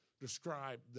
describe